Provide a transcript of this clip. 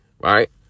right